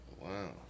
wow